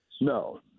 No